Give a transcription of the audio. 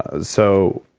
ah so,